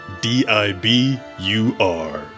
D-I-B-U-R